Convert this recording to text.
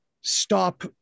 stop